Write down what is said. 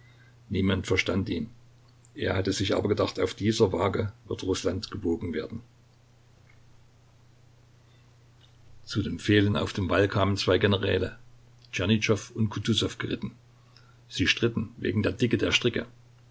niemand verstand ihn er hatte sich aber gedacht auf dieser waage wird rußland gewogen werden zu den pfählen auf dem wall kamen zwei generäle tschernyschow und kutusow geritten sie stritten wegen der dicke der stricke